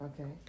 Okay